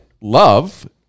love